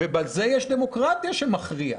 בשביל זה יש דמוקרטיה שמכריעה,